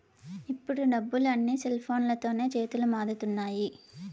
ఇప్పుడు డబ్బులు అన్నీ సెల్ఫోన్లతోనే చేతులు మారుతున్నాయి